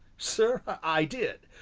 sir, i did,